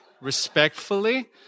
respectfully